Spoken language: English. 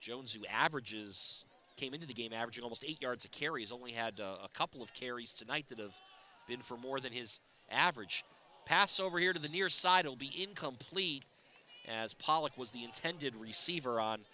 jones who averages came into the game averaging almost eight yards a carry easily had a couple of carries tonight that have been for more than his average pass over here to the near side will be incomplete as pollock was the intended receiver on